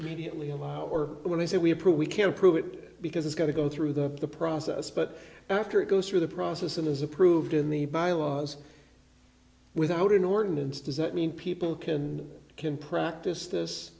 immediately allow or when they say we approve we can't prove it because it's going to go through the process but after it goes through the process it is approved in the bylaws without an ordinance does that mean people can can practice this